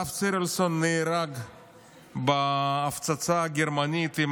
הרב צירלסון נהרג בהפצצה הגרמנית עם